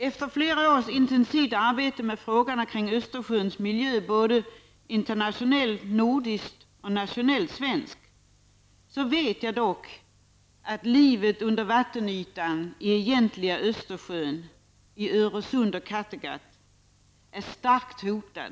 Efter flera års intensivt arbete med frågorna kring Östersjöns miljö, internationellt, nordiskt och nationellt svenskt, vet jag dock att livet under vattenytan i egentliga Östersjön, i Öresund och i Kattegatt, är starkt hotat.